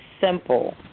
simple